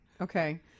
okay